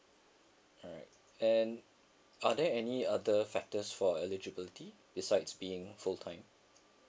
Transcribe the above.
alright and are there any other factors for eligibility besides being full time